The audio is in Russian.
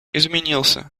изменился